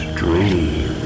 dream